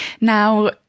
Now